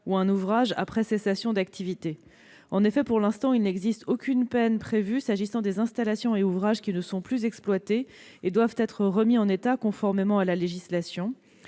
ou un ouvrage après cessation d'activité. En effet, aucune peine n'est aujourd'hui prévue s'agissant des installations et des ouvrages qui ne sont plus exploités et qui doivent être remis en état, conformément à la législation.